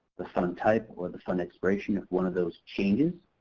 the fund type, or the fund expiration if one of those changes,